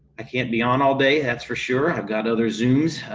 i can't be an all day, that's for sure. i've got other zooms,